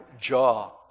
jaw